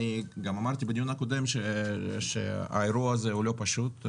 אני גם אמרתי בדיון הקודם שהאירוע הזה הוא לא פשוט.